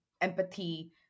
empathy